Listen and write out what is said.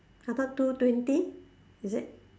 I thought two twenty you said